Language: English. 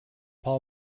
paul